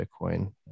Bitcoin